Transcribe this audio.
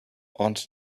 aunt